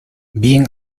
bien